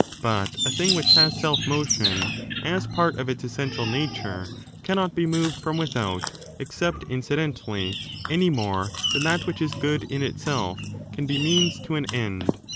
but a thing which has self-motion as part of its essential nature cannot be moved from without except incidentally any more than that which is good in itself can be means to an end,